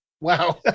Wow